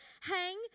Hang